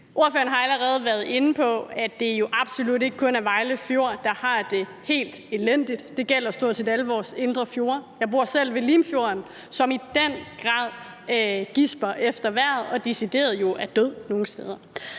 Ordføreren har allerede været inde på, at det jo absolut ikke kun er Vejle Fjord, der har det helt elendigt. Det gælder stort set alle vores indre fjorde. Jeg bor selv ved Limfjorden, som i den grad gisper efter vejret og nogle steder